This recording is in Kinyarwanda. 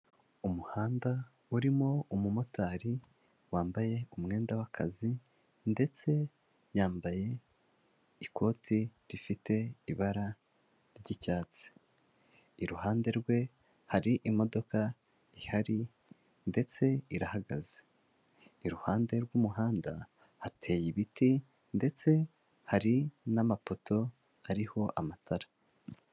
Umuhanda urimo umumotari wambaye umwenda w'akazi ndetse yambaye ikote rifite ibara ry'icyatsi, iruhande rwe hari imodoka ihari ndetse irahagaze, iruhande rw'umuhanda hateye ibiti ndetse hari n'amapoto ariho amatara.